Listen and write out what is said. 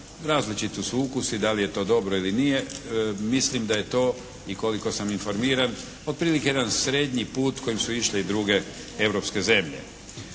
različiti su ukusi da li je to dobro ili nije, mislim da je to i koliko sam informiran otprilike jedan srednji put kojim su išle i druge europske zemlje.